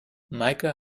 meike